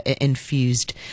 infused